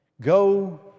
Go